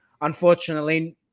unfortunately